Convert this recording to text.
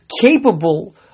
capable